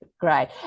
Great